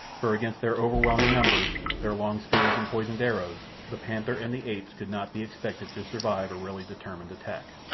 for against their overwhelming numbers, their long spears and poisoned arrows, the panther and the apes could not be expected to survive a really determined attack.